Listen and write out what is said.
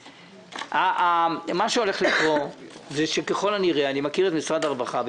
מה שהולך לקרות הוא שככל הנראה אני מכיר את משרד הרווחה,